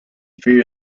fear